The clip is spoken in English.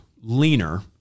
leaner